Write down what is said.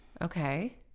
okay